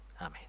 Amen